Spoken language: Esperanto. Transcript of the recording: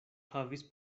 havis